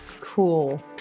cool